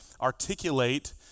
articulate